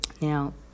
now